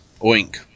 Oink